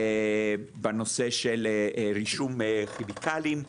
בנושא של רישום כימיקלים.